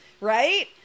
right